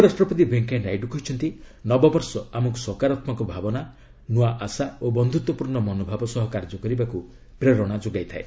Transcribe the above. ଉପରାଷ୍ଟ୍ରପତି ଭେଙ୍କିୟା ନାଇଡୁ କହିଛନ୍ତି ନବବର୍ଷ ଆମକୁ ସକାରାତ୍ମକ ଭାବନା ନୂଆ ଆଶା ଓ ବନ୍ଧୁତ୍ୱପୂର୍ଣ୍ଣ ମନୋଭାବ ସହ କାର୍ଯ୍ୟ କରିବାକୁ ପ୍ରେରଣା ଯୋଗାଇ ଥାଏ